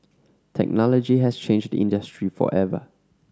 technology has changed the industry forever